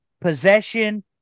possession